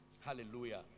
Hallelujah